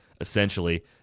essentially